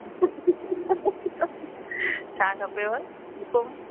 छा खपेव पोइ